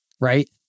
right